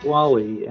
Wally